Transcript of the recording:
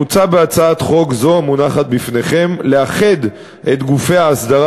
מוצע בהצעת חוק זו המונחת בפניכם לאחד את גופי האסדרה